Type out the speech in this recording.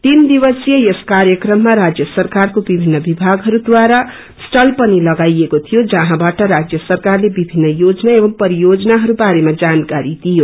तीन दिवसीय यस कार्यक्रममा राज्य सरकारको विभिन्न विभागहरूदरा स्टाल पनि लगाईएको थियो जहाँबाट राज्य सरकारले विभिन्न योजना एवमं परियोजनाहरू बारेमा जानाकारी दियो